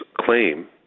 claim